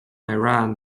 iran